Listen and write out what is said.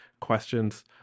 questions